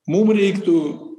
mum reiktų